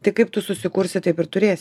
tai kaip tu susikursi taip ir turės